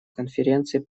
конференции